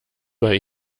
bei